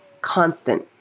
constant